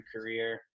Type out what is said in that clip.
career